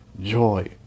joy